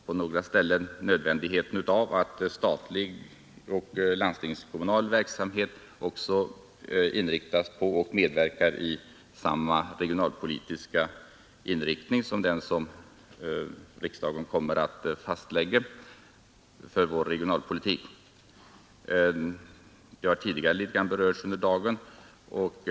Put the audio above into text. På några ställen talas om nödvändigheten av att statlig och landstingskommunal verksamhet medverkar i den regionalpolitiska inriktning som riksdagen kommer att fastlägga. Problemet har tidigare berörts under dagen.